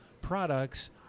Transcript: products